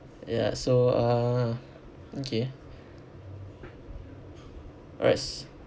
ya so uh okay rest